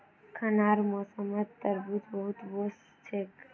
अखनार मौसमत तरबूज बहुत वोस छेक